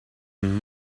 een